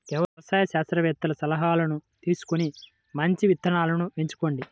వ్యవసాయ శాస్త్రవేత్తల సలాహాను తీసుకొని మంచి విత్తనాలను ఎంచుకోండి